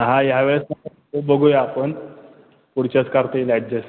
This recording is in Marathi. हां ह्या वेळेस बघूया आपण पुढच्यास कारता येईल ॲडजस्ट